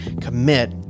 commit